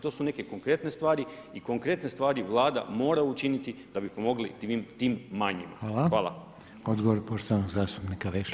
To su neke konkretne stvari i konkretne stvari Vlada mora učiniti da bi pomogli tim manjima.